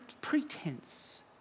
pretense